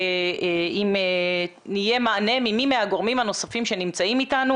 אם יהיה מענה ממי מהגורמים הנוספים שנמצאים איתנו